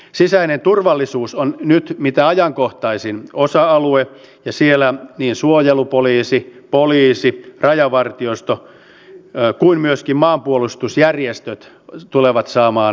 sisäinen turvallisuus on nyt mitä ajankohtaisin osa alue ja siellä niin suojelupoliisi poliisi rajavartiosto kuin myöskin maanpuolustusjärjestöt tulevat saamaan lisää määrärahoja